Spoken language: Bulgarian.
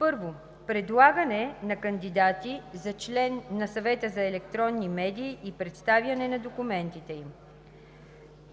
I. Предлагане на кандидати за член на Съвета за електронни медии и представяне на документите им.